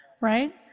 right